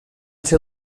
ser